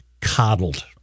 coddled